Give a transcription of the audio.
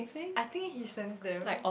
I think he sense Daryl